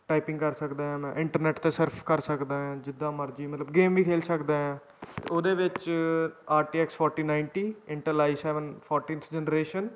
typing ਕਰ ਸਕਦਾ ਹੈ ਮੈਂ ਇੰਟਰਨੈਟ 'ਤੇ ਸਰਫ ਕਰ ਸਕਦਾ ਹਾਂ ਜਿੱਦਾਂ ਮਰਜ਼ੀ ਮਤਲਬ ਗੇਮ ਵੀ ਖੇਡ ਸਕਦਾ ਹਾਂ ਉਹਦੇ ਵਿੱਚ R T X forty ninety Intel I seven fourteenth generation